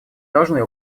должны